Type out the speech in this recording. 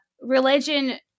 religion